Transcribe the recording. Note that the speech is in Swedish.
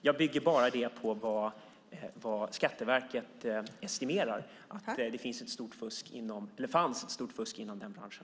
Jag bygger det bara på vad Skatteverket estimerar, där det fanns ett stort fusk inom den branschen.